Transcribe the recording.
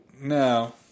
No